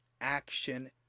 action